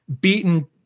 beaten